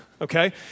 okay